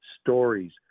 stories